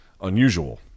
unusual